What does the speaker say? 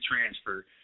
transfer